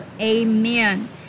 amen